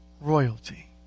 Royalty